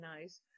nice